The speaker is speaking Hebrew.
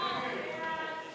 5 של